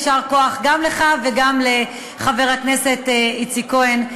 יישר כוח גם לך וגם לחבר הכנסת איציק כהן.